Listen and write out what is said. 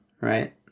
right